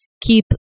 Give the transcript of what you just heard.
keep